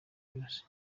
yose